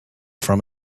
from